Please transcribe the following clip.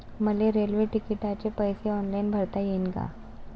मले रेल्वे तिकिटाचे पैसे ऑनलाईन भरता येईन का?